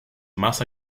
más